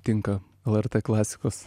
tinka lrt klasikos